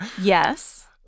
Yes